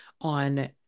on